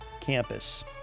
campus